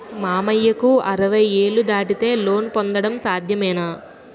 మామయ్యకు అరవై ఏళ్లు దాటితే లోన్ పొందడం సాధ్యమేనా?